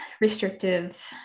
restrictive